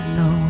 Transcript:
no